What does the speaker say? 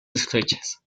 estrechas